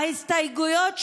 ההסתייגויות שלנו,